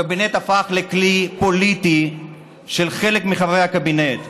הקבינט הפך לכלי פוליטי של חלק מחברי הקבינט.